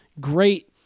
great